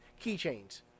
keychains